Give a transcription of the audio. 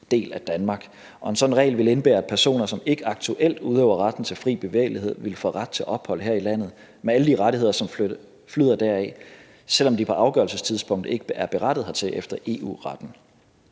en sådan regel ville indebære, at personer, som ikke aktuelt udøver retten til fri bevægelighed, ville få ret til ophold her i landet med alle de rettigheder, som følger deraf, selv om de på afgørelsestidspunktet ikke er berettiget hertil efter EU-retten.